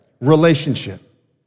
Relationship